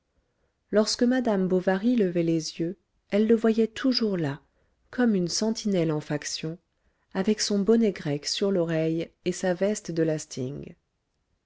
lorsque madame bovary levait les yeux elle le voyait toujours là comme une sentinelle en faction avec son bonnet grec sur l'oreille et sa veste de lasting